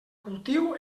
cultiu